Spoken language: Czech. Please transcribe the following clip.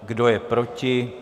Kdo je proti?